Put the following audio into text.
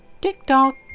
Tick-tock